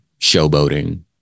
showboating